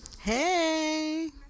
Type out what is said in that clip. Hey